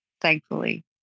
thankfully